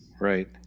right